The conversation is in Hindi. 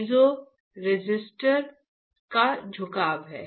पीज़ोरेसिस्टर का झुकाव है